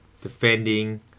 defending